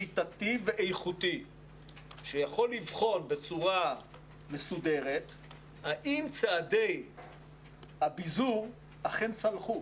שיטתי ואיכותי שיכול לבחון בצורה מסודרת האם צעדי הביזור אכן צלחו